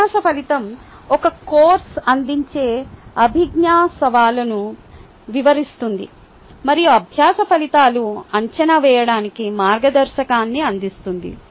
అభ్యాస ఫలితం ఒక కోర్సు అందించే అభిజ్ఞా సవాలును వివరిస్తుంది మరియు అభ్యాస ఫలితాలు అంచనా వేయడానికి మార్గదర్శకాన్ని అందిస్తుంది